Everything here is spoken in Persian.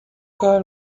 کار